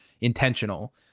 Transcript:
intentional